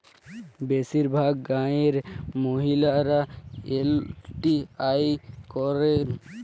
বেশিরভাগ গাঁয়ের মহিলারা এল.টি.আই করেন